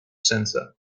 center